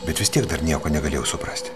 bet vis tiek dar nieko negalėjau suprasti